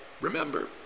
remember